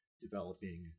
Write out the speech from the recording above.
developing